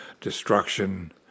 destruction